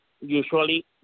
usually